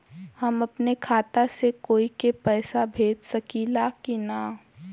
हम अपने खाता से कोई के पैसा भेज सकी ला की ना?